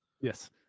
Yes